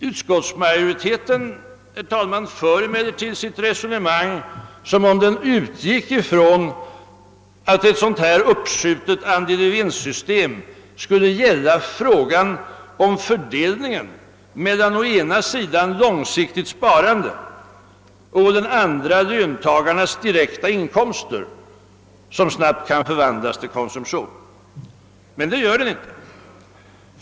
Utskottsmajoriteten för emellertid sitt resonemang som om den utginge från att ett sådant uppskjutet vinstandelssystem skulle gälla frågan om fördelningen mellan å ena sidan långsiktigt sparande och å den andra löntagarnas direkta inkomster, som snabbt kan förvandlas till konsumtion. Men så är inte fallet.